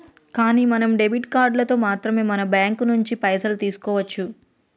కానీ మనం డెబిట్ కార్డులతో మాత్రమే మన బ్యాంకు నుంచి పైసలు తీసుకోవచ్చు